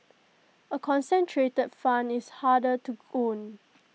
A concentrated fund is harder to own